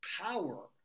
power